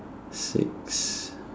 six